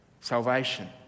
salvation